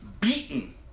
beaten